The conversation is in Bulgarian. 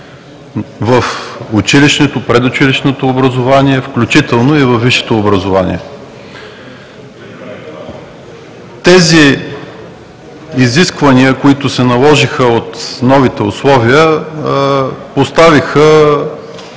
в предучилищното, училищното, включително и във висшето образование. Тези изисквания, които се наложиха от новите условия, поставиха